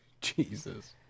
Jesus